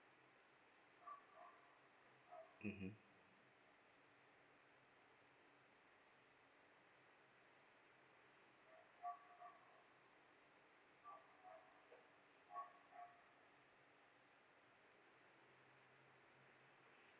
mmhmm